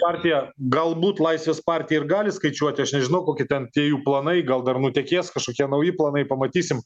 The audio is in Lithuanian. partija galbūt laisvės partija ir gali skaičiuoti aš nežinau kokie ten tie jų planai gal dar nutekės kažkokie nauji planai pamatysim